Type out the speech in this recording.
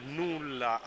nulla